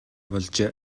болжээ